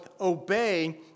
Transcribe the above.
obey